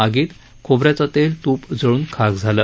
आगीत खोबऱ्याचे तेल तूप जळून खाक झाले